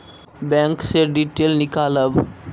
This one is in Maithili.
बैंक से डीटेल नीकालव?